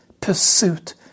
pursuit